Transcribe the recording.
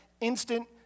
instant